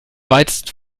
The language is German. weitesten